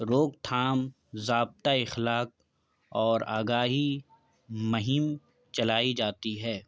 روک تھام ضابطہ اخلاق اور آگاہی مہم چلائی جاتی ہے